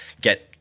get